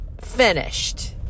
finished